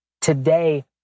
Today